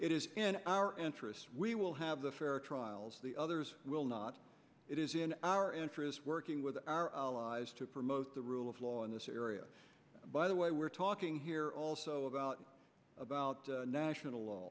it is in our entrance we will have the fair trials the others will not it is in our interest working with our allies to promote the rule of law in this area by the way we're talking here also about about national